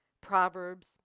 Proverbs